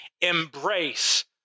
embrace